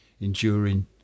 enduring